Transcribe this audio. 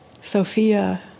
Sophia